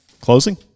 closing